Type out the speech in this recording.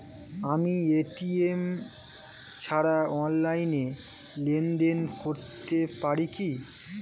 আমি এ.টি.এম ছাড়া অনলাইনে লেনদেন করতে পারি কি?